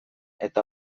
eta